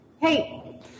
Hey